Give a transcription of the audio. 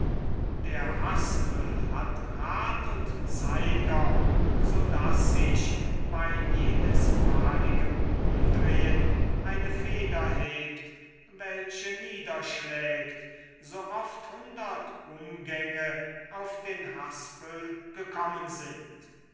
der haspel hat rad und zeiger so daß sich bei jedesmaligem umdrehen eine feder hebt welche niederschlägt sooft hundert umgänge auf den haspel gekommen sind